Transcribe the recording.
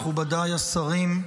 מכובדיי השרים,